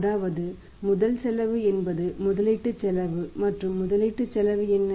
அதாவது முதல் செலவு என்பது முதலீட்டுச் செலவு மற்றும் முதலீட்டுச் செலவு என்ன